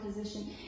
position